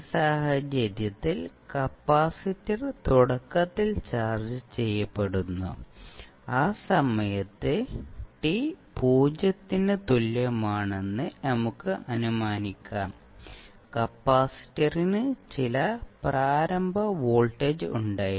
ഈ സാഹചര്യത്തിൽ കപ്പാസിറ്റർ തുടക്കത്തിൽ ചാർജ്ജ് ചെയ്യപ്പെടുന്നു ആ സമയത്ത് t പൂജ്യത്തിന് തുല്യമാണെന്ന് നമുക്ക് അനുമാനിക്കാം കപ്പാസിറ്ററിന് ചില പ്രാരംഭ വോൾട്ടേജ് ഉണ്ടായിരുന്നു